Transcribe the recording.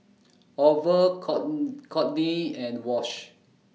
Orval Kortney and Wash